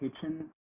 kitchen